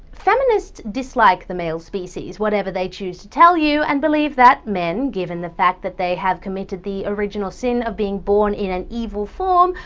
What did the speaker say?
feminists dislike the male species, whatever they choose to tell you, and believe that men, given the fact they have committed the original sin of being born in an evil form,